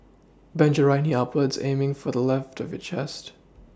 bend your right knee upwards aiming for the left of your chest